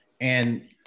And-